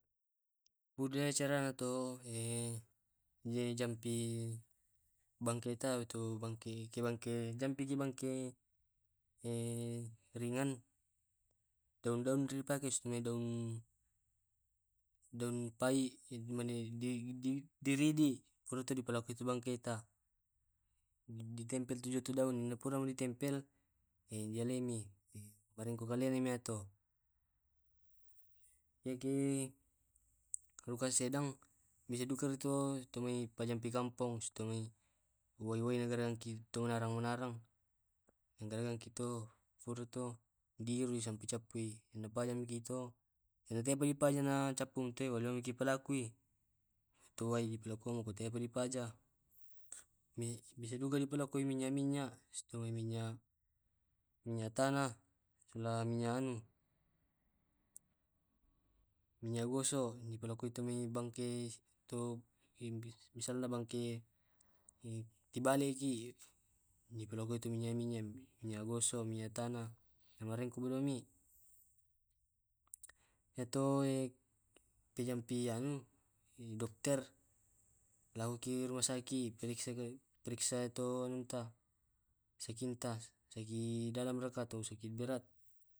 Pude acara to iya jampi bangke tau to bangke ke bangke jampi ki bangke ringan daun daun ri di pake supena daun daun pai mane di ri ridi pulo to di parokkoi tu bangketa di tempel tu jo tu daun, dipura di tempel e di alami nakukalemi to, marengka ku kalemi to. Eki luka sedang bisa duka tu mai pajampi kampong sutomai wai wai naraki tu menarang menarang. Naenrekan ki to purato di iruki cappu cappuki mapale mi ki to. Enate tena bale na cappumi to baleni te na un palakui. Itu wai na tena di paja. Mi miki duka di parokkoi minyak minyak sotomai minyak minyak tanah, sola minyak anu minyak gosok naparokkoi tumai bangke atau misalna bangke kibaleki di parokkoi tu minyak minyak minyak gosok, minyak tanah, namaringku mulami. Yamtu pijampi anu dokter laoki ruah sakit paressaki, periksa ito anunta sakinta saki dalam raka atau saki berat.